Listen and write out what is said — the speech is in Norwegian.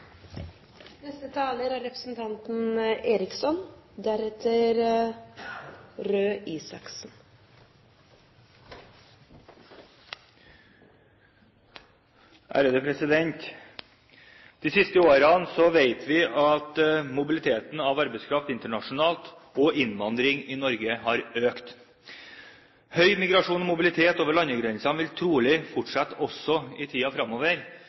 De siste årene vet vi at mobiliteten av arbeidskraft internasjonalt og innvandringen til Norge har økt. Høy migrasjon og mobilitet over landegrensene vil trolig fortsette i